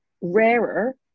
rarer